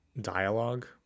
dialogue